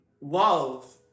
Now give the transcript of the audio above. love